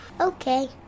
Okay